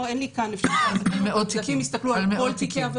לדעתי --- מאות תיקים, על מאות תיקים.